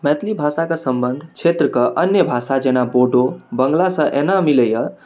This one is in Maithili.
मैथिली भाषा कऽ संबंध क्षेत्र कऽ अन्य भाषा जेना बोडो बंग्लासँ एना मिलैया